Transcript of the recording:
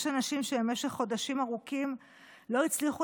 יש אנשים שבמשך חודשים ארוכים לא הצליחו